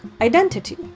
identity